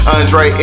Andre